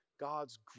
God's